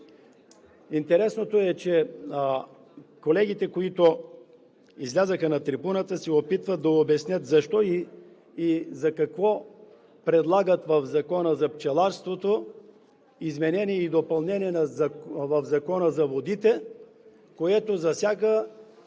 Интересното е, че колегите, които излязоха на трибуната, се опитват да обяснят защо, за какво в Закона за пчеларството предлагат изменение и допълнение на Закона за водите, което засяга